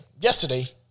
yesterday